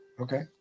Okay